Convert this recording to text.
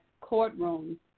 courtroom